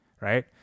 right